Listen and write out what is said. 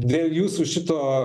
dėl jūsų šito